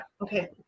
Okay